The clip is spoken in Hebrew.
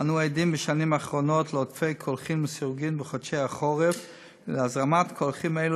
משרד הבריאות הורה לסגור את חוף פלמחים בעקבות הזרמת מי שפכים.